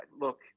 look